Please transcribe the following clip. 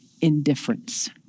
indifference